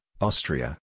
Austria